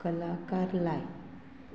कलाकार लाय